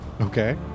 Okay